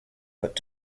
but